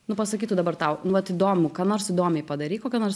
nu pasakytų dabar tau nu vat įdomu ką nors įdomiai padaryk kokią nors